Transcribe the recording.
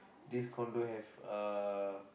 this condo have uh